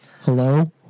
hello